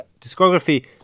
discography